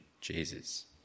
Jesus